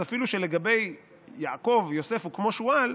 אז אפילו שלגבי יעקב יוסף הוא כמו שועל,